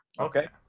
Okay